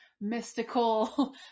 mystical